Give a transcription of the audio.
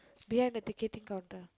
behind the ticketing counter